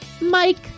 Mike